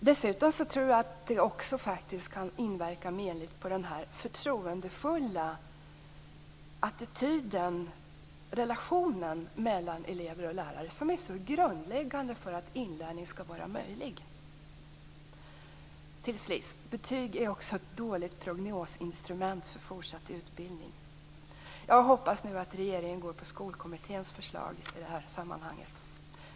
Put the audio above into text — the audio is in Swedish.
Dessutom tror jag att betygen kan inverka menligt på den förtroendefulla relationen mellan elever och lärare, som är som grundläggande för att inlärning skall vara möjlig. Till sist - betygen är ett dåligt prognosinstrument för fortsatt utbildning. Jag hoppas nu att regeringen följer Skolkommitténs förslag i detta sammanhang.